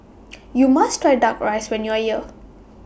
YOU must Try Duck Rice when YOU Are here